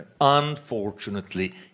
unfortunately